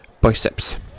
biceps